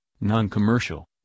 non-commercial